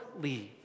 leave